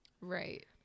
Right